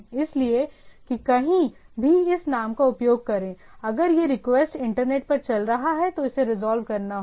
इसलिए कि कहीं भी हम नाम का उपयोग करें अगर यह रिक्वेस्ट इंटरनेट पर चल रहा है तो इसे रिजॉल्व करना होगा